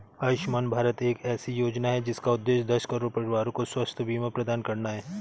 आयुष्मान भारत एक ऐसी योजना है जिसका उद्देश्य दस करोड़ परिवारों को स्वास्थ्य बीमा प्रदान करना है